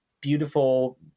beautiful